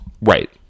Right